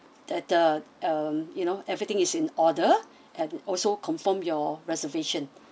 that the um you know everything is in order and also confirm your reservation